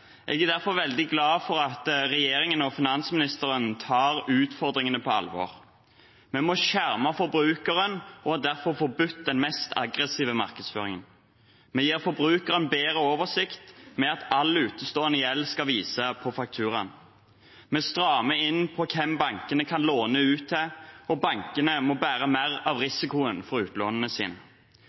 Jeg er derfor veldig glad for at regjeringen og finansministeren tar utfordringene på alvor. Vi må skjerme forbrukeren og har derfor forbudt den mest aggressive markedsføringen. Vi gir forbrukeren bedre oversikt ved at all utestående gjeld skal vises på fakturaen. Vi strammer inn på hvem bankene kan låne ut til, og bankene må bære mer av risikoen for utlånene